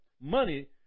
money